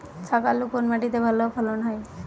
শাকালু কোন মাটিতে ভালো ফলন হয়?